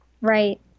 Right